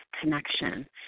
connection